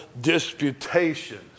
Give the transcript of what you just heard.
disputations